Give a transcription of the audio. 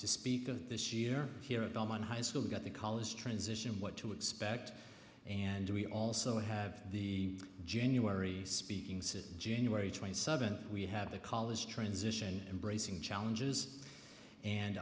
to speak of this year here at belmont high school got the college transition what to expect and we also have the january speaking city january twenty seventh we have the college transition embracing challenges and